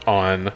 on